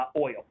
oil